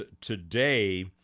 today